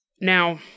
Now